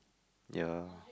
ya